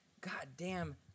goddamn